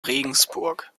regensburg